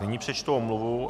Nyní přečtu omluvu.